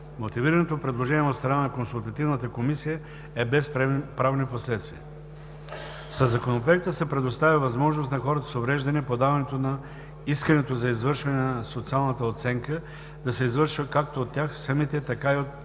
Мотивираното предложение от страна на Консултативната комисия е без правни последици. Със Законопроекта се предоставя възможност на хората с увреждания подаването на искането за извършване на социалната оценка да се извършва както от тях самите, така и от